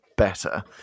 better